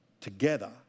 together